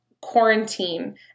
quarantine